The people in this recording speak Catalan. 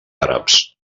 àrabs